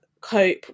cope